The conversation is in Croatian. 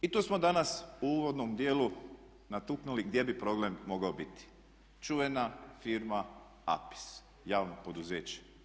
I tu smo danas u uvodnom dijelu natuknuli gdje bi problem mogao biti, čuvena firma APIS – javno poduzeće.